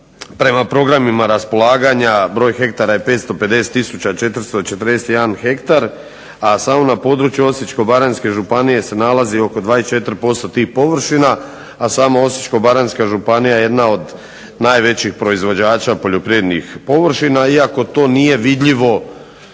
prema programima raspolaganja broj hektara je 550 tisuća 441 hektar, a samo na području Osječko-baranjske županije se nalazi oko 24% tih površina, a samo Osječko-baranjska županija je jedna od najvećih proizvođača poljoprivrednih površina iako to nije vidljivo